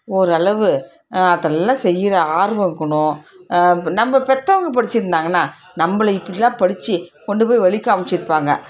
ஓரளவு அதெல்லாம் செய்கிற ஆர்வம் இருக்கணும் நம்ம பெற்றவுங்க படிச்சிருந்தாங்கன்னால் நம்மளை இப்படிலாம் படித்து கொண்டு போய் வழி காமிச்சிருப்பாங்க